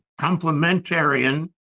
complementarian